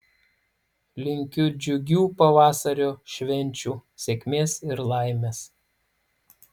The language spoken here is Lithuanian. linkiu džiugių pavasario švenčių sėkmės ir laimės